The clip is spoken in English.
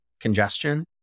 congestion